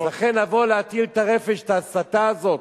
אז לכן לבוא להטיל את הרפש, את ההסתה הזאת,